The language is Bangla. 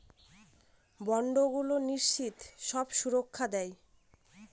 বন্ডগুলো নিশ্চিত সব সুরক্ষা দেয়